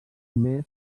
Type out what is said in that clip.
més